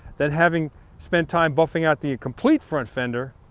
then having spent time buffing out the complete front fender,